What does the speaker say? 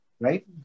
right